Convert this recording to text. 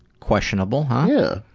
questionable, huh?